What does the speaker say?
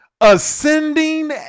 ascending